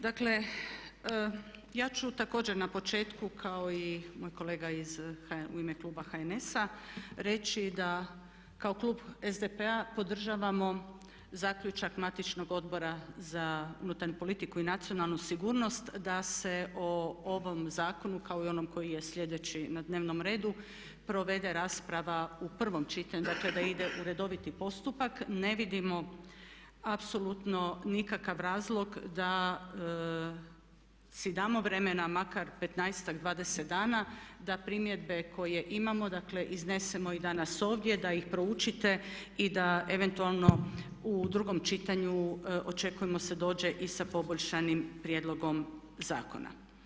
Dakle, ja ću također na početku kao i moj kolega u ime kluba HNS-a reći da kao klub SDP-a podržavamo zaključak matičnog Odbora za unutarnju politiku i nacionalnu sigurno da se o ovom zakonu kao i onom koji je sljedeći na dnevnom redu provede rasprava u prvom čitanju, dakle da ide u redoviti postupak ne vidimo apsolutno nikakav razlog da si damo vremena makar 15-ak, 20 dana da primjedbe koje imamo dakle iznesemo i danas ovdje, da ih proučite i da eventualno u drugom čitanju očekujemo se dođe i sa poboljšanim prijedlogom zakona.